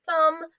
thumb